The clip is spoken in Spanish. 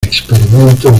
experimentos